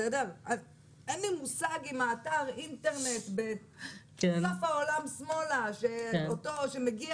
אין לי מושג אם אתר האינטרנט בסוף העולם שמאלה שמגיע